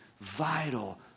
vital